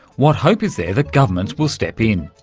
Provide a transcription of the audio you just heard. what hope is there that governments will step in?